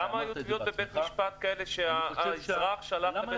כמה היו תביעות בבית-משפט כאלה שהאזרח שלח